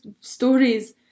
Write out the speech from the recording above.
stories